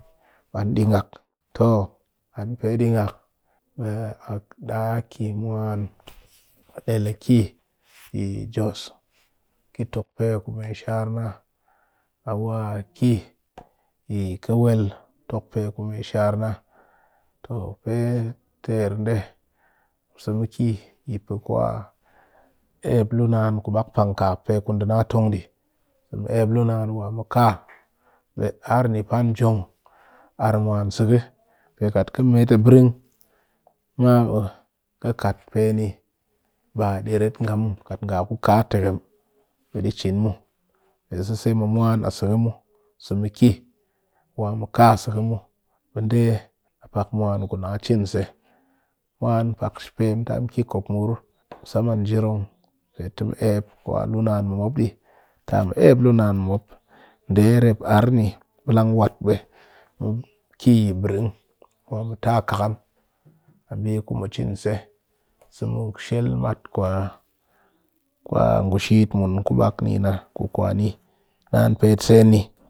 An ding'ak, to an pee ding'ak ɗaa kɨ mwan a del a kɨ jos tokpe ku mee shar na, wa a kɨ kawel tokpe ku mee shar na pe ter nde mu sa mu ki yi kwa eyep luu naan ku bak pankap pe ku di na tong di, mu eyep luu naan wa mu kaa ɓe arr ni pan jong mwan seki pe kat kɨ mat a brin maa bɨ kɨ kat pee ni ɓaa ɗɨ ret nga muw, kat nga ku kaa teghm, ɓe ɗi cin muw. Pe seze mu mwan a shiki mu, samu kɨ sihi mu wa mu kaa sihki mu ɓe nde a pak mee mwan ku na cin se. Mwan pak she pe mu ta mu kɨ kopmur musaman jirong a bi ku na cin saman jirong pee te mu eyep kwa luu naan mɨ mop ɗi, mu ta mu eyep luu naan mɨ mop nde rep arr ni bɨlang wat ɓe mu kɨ yi brin wa mu ta khakam a mbi ku mu cin se shel mat ngu shit mun ku naan pet sen ni.